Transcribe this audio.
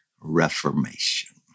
reformation